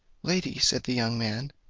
lady, said the young man,